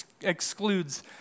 excludes